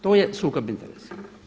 To je sukob interesa.